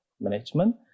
management